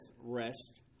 rest